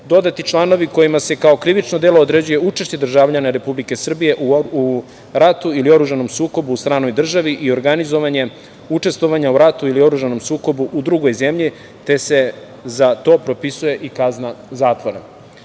dodati članovi kojima se kao krivično delo određuje učešće državljana Republike Srbije u ratu ili oružanom sukobu u stranoj državi i organizovanje učestvovanja u ratu ili oružanom sukobu u drugoj zemlji te se za to propisuje i kazna zatvora. Na